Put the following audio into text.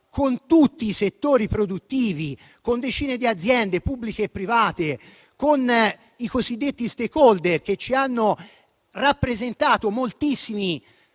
con tutti i settori produttivi, con decine di aziende pubbliche e private, con i cosiddetti *stakeholder* che ci hanno rappresentato moltissime